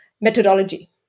methodology